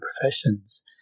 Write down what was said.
professions